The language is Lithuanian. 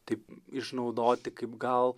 taip išnaudoti kaip gal